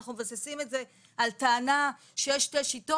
אנחנו מבססים את זה על טענה שיש שתי שיטות